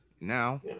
Now